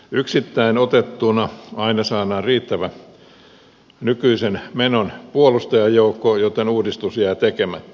yksittäin otettuna aina saadaan riittävä nykyisen menon puolustajajoukko joten uudistus jää tekemättä